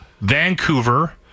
Vancouver